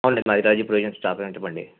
అవునండి మాది రాజు ప్రావిజన్స్ షాపే చెప్పండి